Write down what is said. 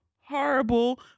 horrible